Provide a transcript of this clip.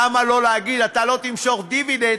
למה לא להגיד: אתה לא תמשוך דיבידנד,